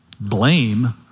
blame